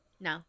No